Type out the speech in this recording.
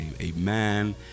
amen